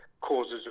causes